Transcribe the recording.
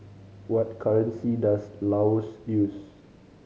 what currency does Laos use